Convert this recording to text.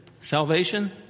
salvation